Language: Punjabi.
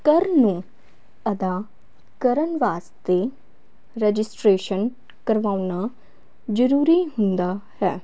ਕਰ ਨੂੰ ਅਦਾ ਕਰਨ ਵਾਸਤੇ ਰਜਿਸਟਰੇਸ਼ਨ ਕਰਵਾਉਣਾ ਜ਼ਰੂਰੀ ਹੁੰਦਾ ਹੈ